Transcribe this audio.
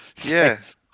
Yes